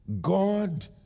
God